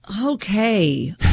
Okay